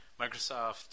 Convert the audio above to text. Microsoft